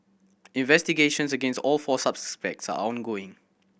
investigations against all four suspects are ongoing